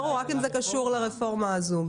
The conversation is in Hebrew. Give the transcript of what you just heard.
ברור, רק אם זה קשור לרפורמה הזו.